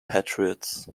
patriots